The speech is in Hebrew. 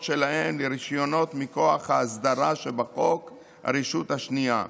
שלהם לרישיונות מכוח ההסדרה שבחוק הרשות השנייה: